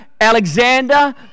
Alexander